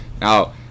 Now